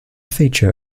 feature